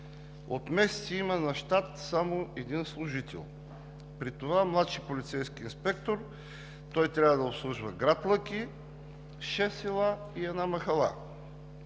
от месеци има на щат само един служител, при това „младши полицейски инспектор”. Той трябва да обслужва град Лъки, шест села и една махала